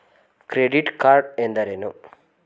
Credit card ಎಂದರೇನು?